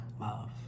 love